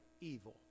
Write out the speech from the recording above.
evil